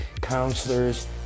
counselors